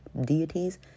deities